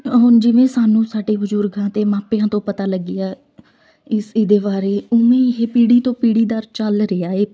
ਹੁਣ ਜਿਵੇਂ ਸਾਨੂੰ ਸਾਡੇ ਬਜ਼ੁਰਗਾਂ ਅਤੇ ਮਾਪਿਆਂ ਤੋਂ ਪਤਾ ਲੱਗਿਆ ਇਸ ਇਹਦੇ ਬਾਰੇ ਉਵੇਂ ਇਹ ਪੀੜੀ ਤੋਂ ਪੀੜੀ ਦਰ ਚੱਲ ਰਿਹਾ ਹੈ